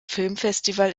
filmfestival